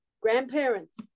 Grandparents